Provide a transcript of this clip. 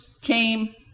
came